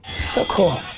so cool.